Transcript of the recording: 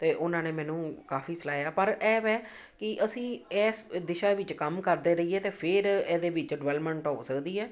ਅਤੇ ਉਹਨਾਂ ਨੇ ਮੈਨੂੰ ਕਾਫੀ ਸਲਾਹਿਆ ਪਰ ਇਹ ਹੈ ਕਿ ਅਸੀਂ ਇਸ ਦਿਸ਼ਾ ਵਿੱਚ ਕੰਮ ਕਰਦੇ ਰਹੀਏ ਅਤੇ ਫਿਰ ਇਹਦੇ ਵਿੱਚ ਡਿਵੈਲਮੈਂਟ ਹੋ ਸਕਦੀ ਹੈ